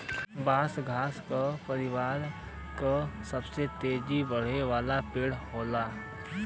बांस घास के परिवार क सबसे तेज बढ़े वाला पेड़ होला